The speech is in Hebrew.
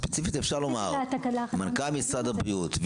ספציפית אפשר לומר מנכ"ל משרד הבריאות,